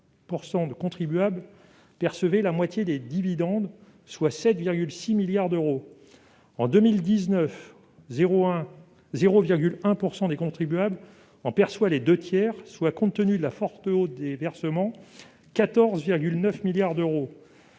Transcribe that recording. de contribuables percevaient la moitié des dividendes, soit 7,6 milliards d'euros. En 2019, 0,1 % des contribuables en perçoivent les deux tiers, soit, compte tenu de la forte hausse des versements, 14,9 milliards d'euros.